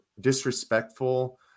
disrespectful